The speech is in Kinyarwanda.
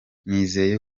nizeye